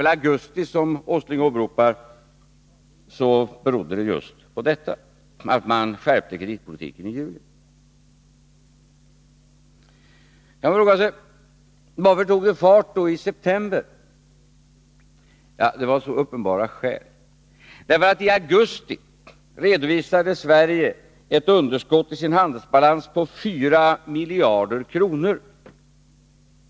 ex: augusti, som Nils Åsling åberopar, berodde just på detta, att kreditpolitiken skärptes i juli. Man kan fråga sig: Varför tog utflödet fart i september? Skälen är uppenbara. I augusti redovisade Sverige ett underskott i sin handelsbalans på 4 miljarder.